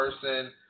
person